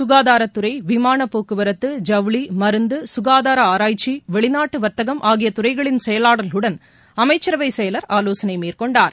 சுகாதாரத்துறை விமானப் போக்குவரத்து ஜவுளி மருந்து சுகாதார ஆராய்ச்சி வெளிநாட்டு வர்த்தகம் ஆகிய துறைகளின் செயலாளர்களுடன் அமைச்சரவை செயலர் ஆலோசனை மேற்கொண்டார்